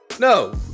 No